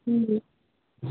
ꯎꯝ